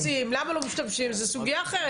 למה לא משתמשים בזה זה כבר סוגיה אחרת,